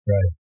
Right